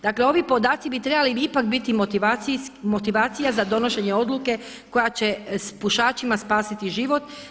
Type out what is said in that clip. Dakle, ovi podaci bi trebali ipak biti motivacija za donošenje odluke koja će pušačima spasiti život.